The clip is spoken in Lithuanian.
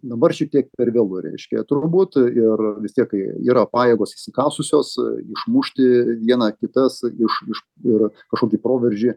dabar šitiek per vėlu reiškia turbūt ir vis tiek kai yra pajėgos įsikasusios išmušti vieną kitas iš iš ir kažkokį proveržį